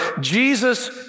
Jesus